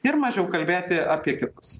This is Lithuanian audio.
ir mažiau kalbėti apie kitus